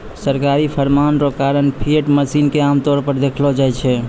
सरकारी फरमान रो कारण फिएट मनी के आमतौर पर देखलो जाय छै